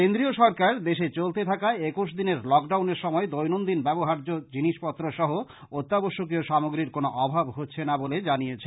কেন্দ্রীয় সরকার দেশে চলতে থাকা একুশ দিনের লকডাউনের সময় দৈনন্দিন ব্যবহার্য্য জিনিসপত্র সহ অত্যাবশ্যকীয় সামগ্রীর কোনো অভাব হচ্ছেনা বলে জানিয়েছে